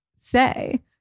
say